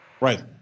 right